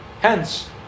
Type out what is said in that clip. hence